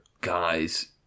guys